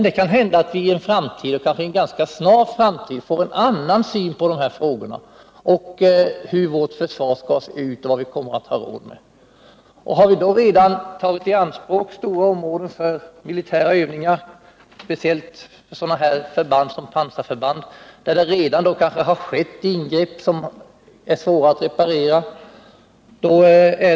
Det kan hända att vi i en framtid, kanske en ganska snar sådan, får en annan syn på hur vårt försvar skall se ut och vad vi kommer att ha råd med. Om vi då redan har tagit i anspråk stora områden för militära övningar, framför allt för pansarförband, där det kanske redan har skett ingrepp som är svåra att reparera, är det mycket litet som vi kan göra.